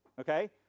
okay